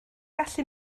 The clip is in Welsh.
gallu